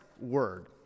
word